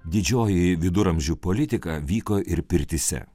didžioji viduramžių politika vyko ir pirtyse